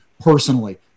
personally